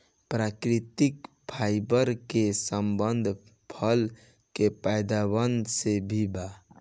प्राकृतिक फाइबर के संबंध फल के पैदावार से भी बा